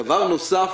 דבר נוסף,